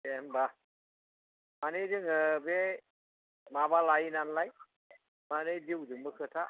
दे होनबा माने जोङो बे माबा लायो नालाय माने जिउजोंबो खोथा